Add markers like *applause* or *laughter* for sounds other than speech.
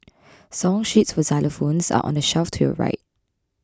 *noise* song sheets for xylophones are on the shelf to your right